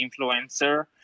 influencer